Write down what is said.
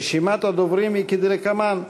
רשימת הדוברים היא כדלקמן: